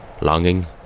Longing